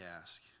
ask